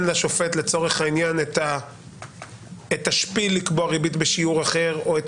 לשופט לצורך העניין את השפיל לקבוע ריבית בשיעור אחר או את